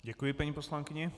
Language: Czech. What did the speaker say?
Děkuji paní poslankyni.